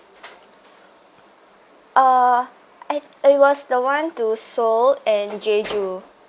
uh I it was the one to seoul and jeju